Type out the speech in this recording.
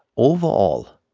overall,